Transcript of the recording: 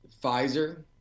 Pfizer